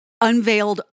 unveiled